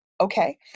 Okay